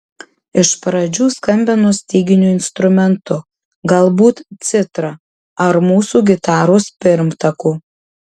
iš pradžių skambino styginiu instrumentu galbūt citra ar mūsų gitaros pirmtaku